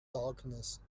darkness